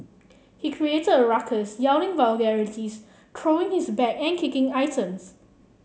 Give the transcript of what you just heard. he created a ruckus yelling vulgarities throwing his bag and kicking items